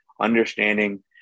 understanding